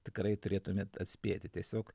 tikrai turėtumėt atspėti tiesiog